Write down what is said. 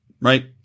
right